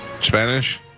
Spanish